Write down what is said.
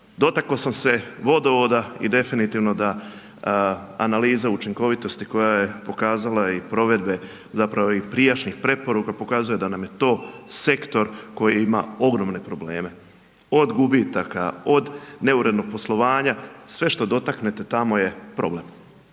Dotakao sam se vodovoda i definitivno da analiza učinkovitosti koja je pokazala i provedbe zapravo i prijašnjih preporuka, pokazuje da nam je to sektor koji ima ogromne probleme. Od gubitaka, od neurednog poslovanja, sve što dotaknete tamo je problem.